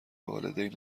والدین